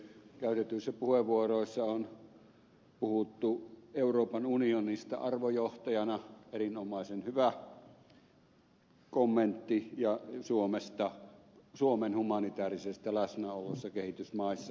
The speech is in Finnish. käytetyissä puheenvuoroissa on puhuttu euroopan unionista arvojohtajana erinomaisen hyvä kommentti ja suomen humanitäärisestä läsnäolosta kehitysmaissa